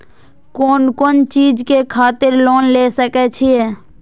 कोन कोन चीज के खातिर लोन ले सके छिए?